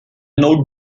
know